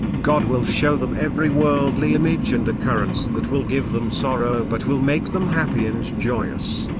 god will show them every worldly image and occurrence that will give them sorrow but will make them happy and joyous.